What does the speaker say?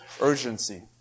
urgency